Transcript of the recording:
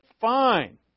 Fine